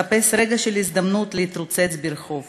מחפש רגע של הזדמנות להתרוצץ ברחוב.